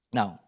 Now